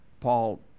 Paul